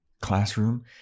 classroom